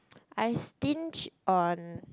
I stinge on